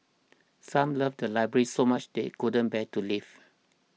some love the library so much they couldn't bear to leave